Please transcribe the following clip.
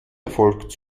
erfolgt